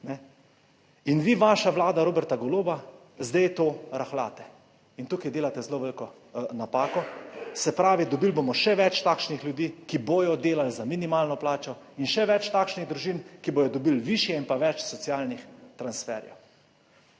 Vi, vaša vlada Roberta Goloba, zdaj to rahljate in tukaj delate zelo veliko napako. Se pravi, dobili bomo še več takšnih ljudi, ki bodo delali za minimalno plačo in še več takšnih družin, ki bodo dobili višje in pa več socialnih transferjev.